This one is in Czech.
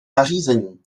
nařízení